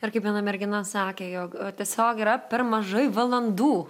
ar kaip viena mergina sakė jog tiesiog yra per mažai valandų